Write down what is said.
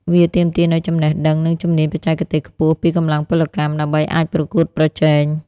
វាទាមទារនូវចំណេះដឹង និងជំនាញបច្ចេកទេសខ្ពស់ ពីកម្លាំងពលកម្ម ដើម្បីអាចប្រកួតប្រជែង។